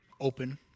open